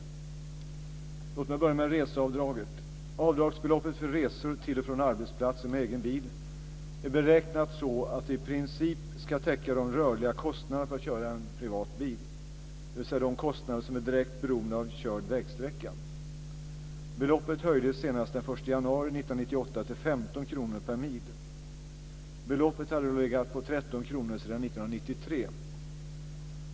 Låt mig börja med reseavdraget. Avdragsbeloppet för resor till och från arbetsplatsen med egen bil är beräknat så att det i princip ska täcka de rörliga kostnaderna för att köra en privat bil, dvs. de kostnader som är direkt beroende av körd vägsträcka. Beloppet höjdes senast den 1 januari 1998 till 15 kr per mil. Beloppet hade då legat på 13 kr sedan 1993.